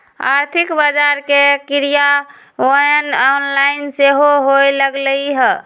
आर्थिक बजार के क्रियान्वयन ऑनलाइन सेहो होय लगलइ ह